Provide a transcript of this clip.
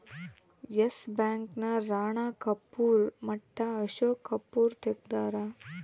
S Bank ನ ರಾಣ ಕಪೂರ್ ಮಟ್ಟ ಅಶೋಕ್ ಕಪೂರ್ ತೆಗ್ದಾರ